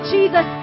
Jesus